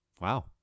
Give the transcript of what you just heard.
Wow